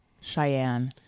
Cheyenne